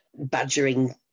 badgering